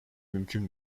mümkün